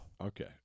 Okay